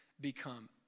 become